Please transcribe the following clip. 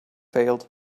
failed